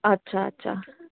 अच्छा अच्छा